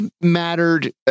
mattered